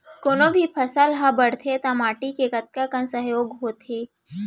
कोनो भी फसल हा बड़थे ता माटी के कतका कन सहयोग होथे?